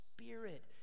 Spirit